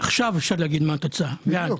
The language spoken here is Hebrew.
בעד משה גפני בעד